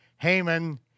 Haman